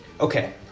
Okay